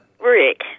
Rick